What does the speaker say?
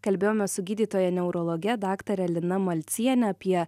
kalbėjomės su gydytoja neurologe daktare lina malciene apie